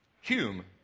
Hume